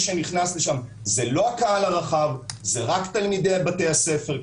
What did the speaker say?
שנכנס לשם זה לא הקהל הרחב אלא רק תלמידי בתי הספר.